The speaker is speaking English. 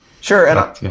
Sure